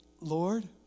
Lord